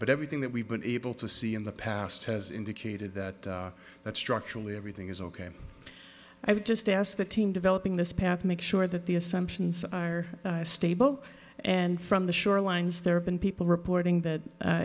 but everything that we've been able to see in the past has indicated that that structurally everything is ok i would just ask the team developing this path to make sure that the assumptions are stable and from the shorelines there have been people reporting that